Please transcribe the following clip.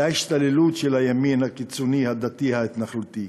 השתוללות של הימין הקיצוני הדתי ההתנחלותי?